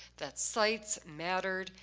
that sites mattered,